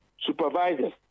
supervisors